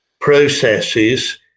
processes